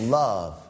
love